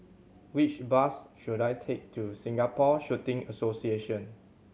which bus should I take to Singapore Shooting Association